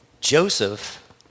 Joseph